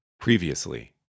Previously